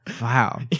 Wow